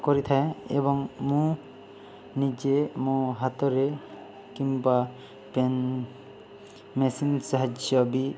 କରିଥାଏ ଏବଂ ମୁଁ ନିଜେ ମୋ ହାତରେ କିମ୍ବା ପେନ୍ ମେସିନ୍ ସାହାଯ୍ୟ ବି